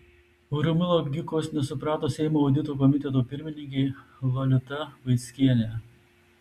urm logikos nesuprato seimo audito komiteto pirmininkė jolita vaickienė